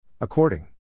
According